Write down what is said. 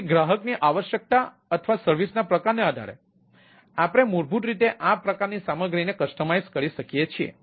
તેથી ગ્રાહકની આવશ્યકતા અથવા સર્વિસના પ્રકારને આધારે આપણે મૂળભૂત રીતે આ પ્રકારની સામગ્રીને કસ્ટમાઇઝ કરી શકીએ છીએ